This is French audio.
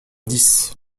dix